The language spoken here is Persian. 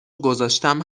گذاشتم